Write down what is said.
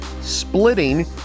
splitting